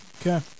Okay